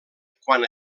quan